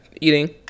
eating